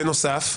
בנוסף,